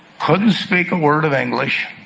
couldn't speak a word of english